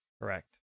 Correct